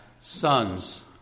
sons